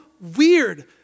weird